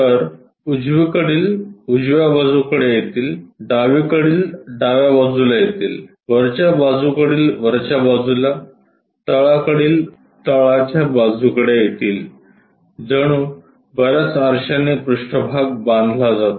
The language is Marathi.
तर उजवीकडील उजव्या बाजूकडे येतील डावीकडील डाव्या बाजूला येतील वरच्या बाजूकडील वरच्या बाजूला तळाकडील तळाच्या बाजूकडे येतील जणू बर्याच आरशांनी पृष्ठभाग बांधला जातो